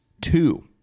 Two